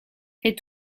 est